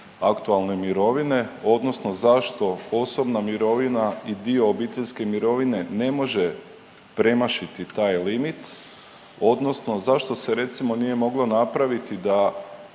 aktualne mirovine, odnosno zašto osobna mirovina i dio obiteljske mirovine ne može premašiti taj limit, odnosno zašto se recimo, nije moglo napraviti da